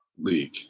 league